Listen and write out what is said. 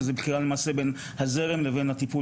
וזה נקלע למעשה בין הזרם ולבין הטיפול